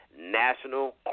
national